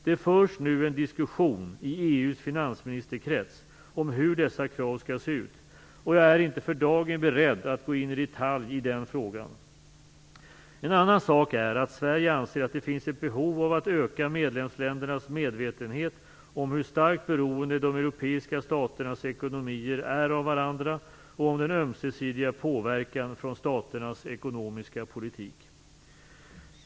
Det förs nu en diskussion i EU:s finansministerkrets om hur dessa krav skall se ut. Jag är inte för dagen beredd att gå in i detalj i den frågan. En annan sak är att Sverige anser att det finns ett behov av att öka medlemsländernas medvetenhet om hur starkt beroende de europeiska staternas ekonomier är av varandra och om den ömsesidiga påverkan från staternas ekonomiska politik.